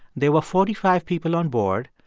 there were forty five people onboard,